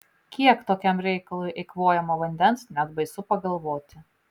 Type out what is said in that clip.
kiek tokiam reikalui eikvojama vandens net baisu pagalvoti